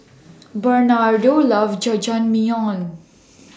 Bernardo loves Jajangmyeon